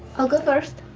i'll go first.